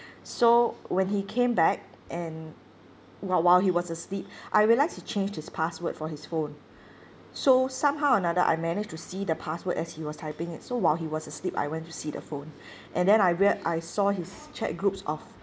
so when he came back and while while he was asleep I realised he changed his password for his phone so somehow or another I managed to see the password as he was typing it so while he was asleep I went to see the phone and then I rea~ I saw his chat groups of